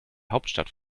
hauptstadt